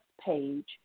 page